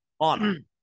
on